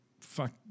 fuck